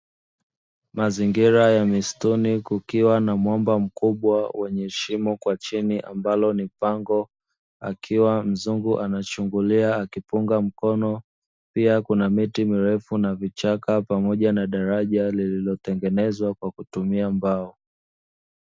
Mazingira ya msituni kukiwa na mwamba mkubwa wenye shimo kwa chini ambalo ni pango, akiwa mzungu akichungulia akipunga mkono, pia kuna miti mirefu na vichaka pamoja na daraja lililo tengenezwa kwa kutumia mbao.